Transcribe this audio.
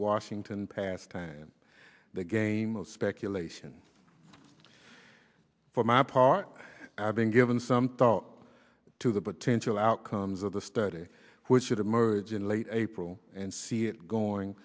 washington pastime the game of speculation for my part i been given some thought to the potential outcomes of the study which would emerge in late april and see it going